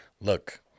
look